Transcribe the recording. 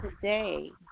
today